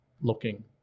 looking